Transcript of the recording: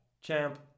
Champ